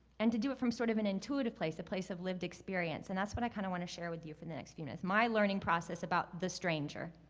and to do it from sort of an intuitive place, a place of lived experience. and that's what i kind of wanna share with you for the next few minutes. my learning process about the stranger.